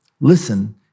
Listen